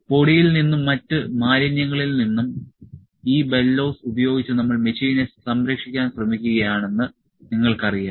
പൊടിയിൽ നിന്നും മറ്റ് മാലിന്യങ്ങളിൽ നിന്നും ഈ ബെല്ലോസ് ഉപയോഗിച്ച് നമ്മൾ മെഷീനെ സംരക്ഷിക്കാൻ ശ്രമിക്കുകയാണെന്ന് നിങ്ങൾക്കറിയാം